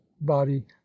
body